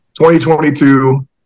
2022